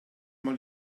mal